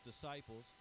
disciples